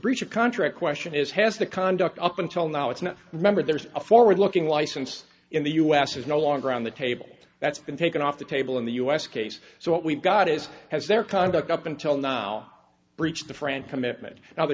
breach of contract question is has the conduct up until now it's not remembered there's a forward looking license in the u s is no longer on the table that's been taken off the table in the u s case so what we've got is has their conduct up until now breached the friend commitment now the